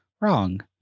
wrong